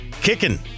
kicking